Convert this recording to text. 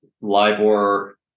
LIBOR